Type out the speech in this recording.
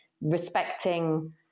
respecting